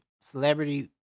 Celebrity